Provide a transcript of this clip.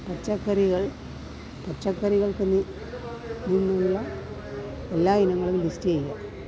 പച്ചക്കറികൾ പച്ചക്കറികൾക്ക് നിന്നുള്ള എല്ലാ ഇനങ്ങളും ലിസ്റ്റു ചെയ്യുക